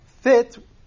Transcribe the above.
fit